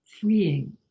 freeing